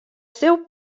seu